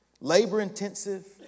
labor-intensive